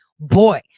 Boy